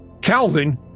Calvin